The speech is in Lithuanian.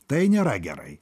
tai nėra gerai